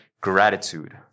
gratitude